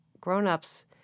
grown-ups